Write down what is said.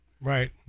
Right